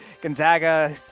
Gonzaga